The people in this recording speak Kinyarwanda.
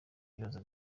ibibazo